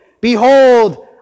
behold